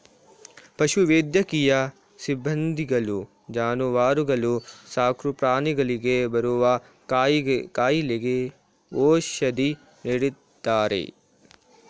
ಪಶು ವೈದ್ಯಕೀಯ ಸಿಬ್ಬಂದಿಗಳು ಜಾನುವಾರುಗಳು ಸಾಕುಪ್ರಾಣಿಗಳಿಗೆ ಬರುವ ಕಾಯಿಲೆಗೆ ಔಷಧಿ ನೀಡ್ತಾರೆ